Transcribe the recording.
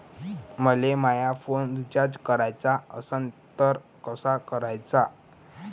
मले माया phone recharge कराचा असन तर कसा कराचा?